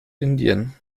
indien